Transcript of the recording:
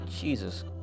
Jesus